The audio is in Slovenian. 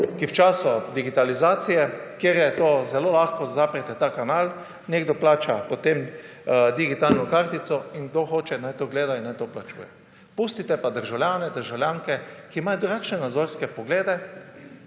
ki v času digitalizacije, kjer je to zelo lahko, zaprete ta kanal, nekdo plača potem digitalno kartico in kdor hoče, naj to gleda in naj to plačuje. Pustite pa državljane in državljanke, ki imajo drugačne nazorske poglede,